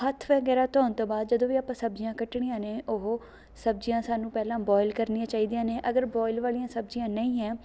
ਹੱਥ ਵਗੈਰਾ ਧੋਣ ਤੋਂ ਬਾਅਦ ਜਦੋਂ ਵੀ ਆਪਾਂ ਸਬਜ਼ੀਆਂ ਕੱਟਣੀਆਂ ਨੇ ਉਹ ਸਬਜ਼ੀਆਂ ਸਾਨੂੰ ਪਹਿਲਾਂ ਬੋਆਇਲ ਕਰਨੀਆਂ ਚਾਹੀਦੀਆਂ ਨੇ ਅਗਰ ਬੋਆਇਲ ਵਾਲੀਆਂ ਸਬਜ਼ੀਆਂ ਨਹੀਂ ਹੈ